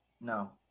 No